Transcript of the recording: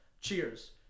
Cheers